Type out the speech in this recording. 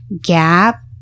gap